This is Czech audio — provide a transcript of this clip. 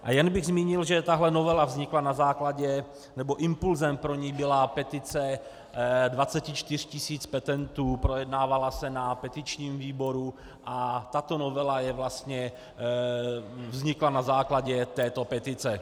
A jen bych zmínil, že tahle novela vznikla na základě, nebo impulsem pro ni byla petice 24 tisíc petentů, projednávala se na petičním výboru a tato novela je vlastně, vznikla na základě této petice.